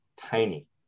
tiny